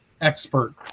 expert